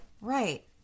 Right